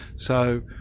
so